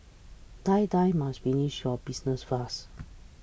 Die Die must finish your business fast